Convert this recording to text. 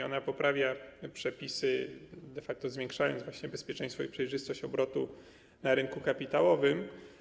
Ona poprawia przepisy, de facto zwiększając właśnie bezpieczeństwo i przejrzystość obrotu na rynku kapitałowym.